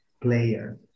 player